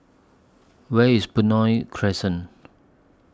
Where IS Benoi Crescent